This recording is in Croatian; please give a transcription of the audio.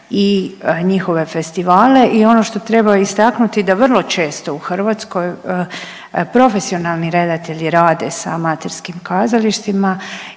i njihove festivale. I ono što treba istaknuti da vrlo često u Hrvatskoj profesionalni redatelji rade sa amaterskim kazalištima